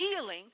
healing